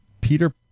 Peter